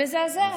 מזעזע.